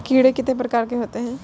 कीड़े कितने प्रकार के होते हैं?